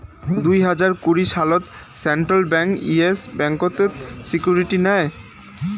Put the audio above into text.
দুই হাজার কুড়ি সালত সেন্ট্রাল ব্যাঙ্ক ইয়েস ব্যাংকতের সিকিউরিটি নেয়